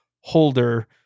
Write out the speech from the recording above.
holder